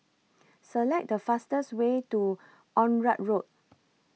Select The fastest Way to Onraet Road